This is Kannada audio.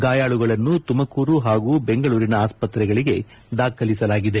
ಗಾಯಾಳುಗಳನ್ನು ತುಮಕೂರು ಹಾಗೂ ಬೆಂಗಳೂರಿನ ಆಸ್ಪತ್ರೆಗಳಿಗೆ ದಾಖಲಿಸಲಾಗಿದೆ